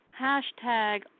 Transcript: Hashtag